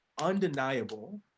undeniable